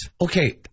Okay